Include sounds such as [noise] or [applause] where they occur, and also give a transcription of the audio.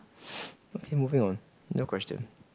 [noise] okay moving on no question